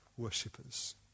worshippers